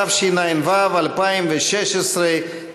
התשע"ו 2016,